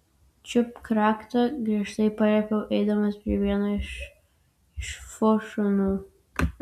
čiupk raktą griežtai paliepiau eidamas prie vieno iš fu šunų